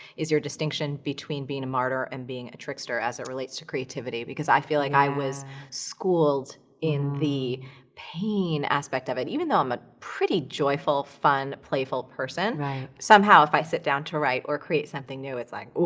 is your distinction between being a martyr and being a trickster as it relates to creativity because i feel like i was schooled in the pain aspect of it. even though i'm a pretty joyful, fun, playful person, right. somehow if i sit down to write or create something new it's like,